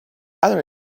other